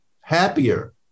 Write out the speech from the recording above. happier